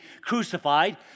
crucified